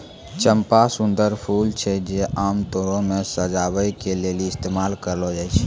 चंपा सुंदर फूल छै जे आमतौरो पे सजाबै के लेली इस्तेमाल करलो जाय छै